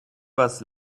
was